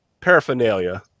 Paraphernalia